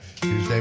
Tuesday